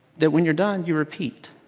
that when you're done, you repeat.